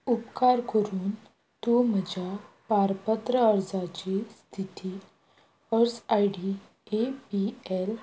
उपकार करून तूं म्हज्या पारपत्र अर्जाची स्थिती अर्ज I D A P L